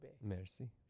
Merci